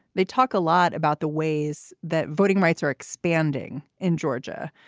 they talk a lot about the ways that voting rights are expanding in georgia.